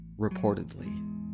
reportedly